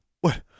What